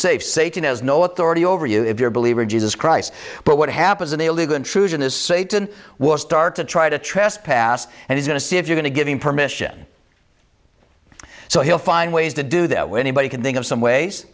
safe satan has no authority over you if your believe in jesus christ but what happens in a legal intrusion is satan will start to try to trespass and he's going to see if you're going to give him permission so he'll find ways to do that with anybody can think of some ways